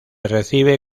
recibe